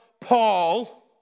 Paul